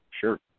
sure